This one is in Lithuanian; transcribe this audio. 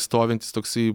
stovintis toksai